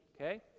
okay